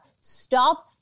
Stop